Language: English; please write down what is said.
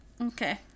Okay